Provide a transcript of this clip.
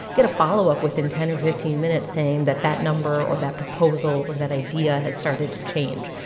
get a follow-up within ten or fifteen minutes saying that that number or that proposal or that idea has started to change.